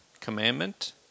Commandment